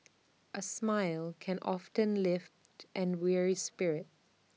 A smile can often lift an weary spirit